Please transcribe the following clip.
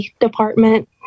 department